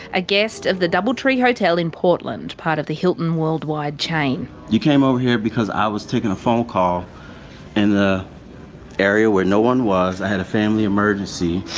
a guest of the doubletree hotel in portland, part of the hilton worldwide chain. you came over here because i was taking a phone call in the area where no-one was. i had a family emergency,